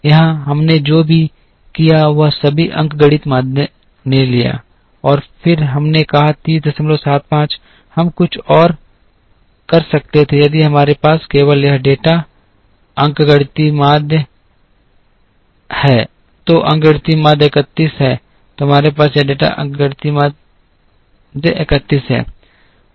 यहाँ हमने जो किया वह सभी अंकगणित माध्य ले लिया और फिर हमने कहा 3075 हम कुछ और कर सकते थे यदि हमारे पास केवल यह डेटा है अंकगणितीय माध्य 30 है यदि हमारे पास यह डेटा है तो अंकगणितीय माध्य 31 है हमारे पास है यह डेटा अंकगणितीय माध्य 31 है